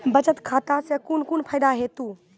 बचत खाता सऽ कून कून फायदा हेतु?